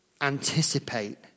anticipate